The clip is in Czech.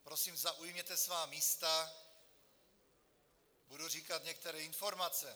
Prosím, zaujměte svá místa, budu říkat některé informace.